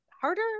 harder